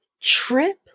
Trip